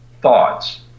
thoughts